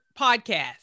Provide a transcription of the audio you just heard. podcast